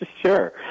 Sure